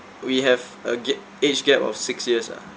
we have a ga~ age gap of six years ah